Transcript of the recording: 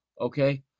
Okay